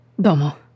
Domo